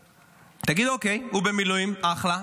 תגיד: אוקיי, הוא במילואים, אחלה.